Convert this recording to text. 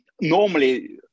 normally